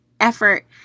effort